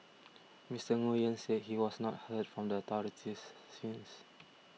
Mister Nguyen said he has not heard from the authorities since